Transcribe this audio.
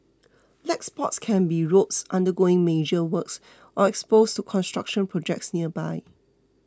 black spots can be roads undergoing major works or exposed to construction projects nearby